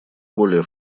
более